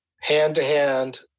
hand-to-hand